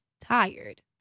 tired